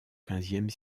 quinzième